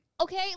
Okay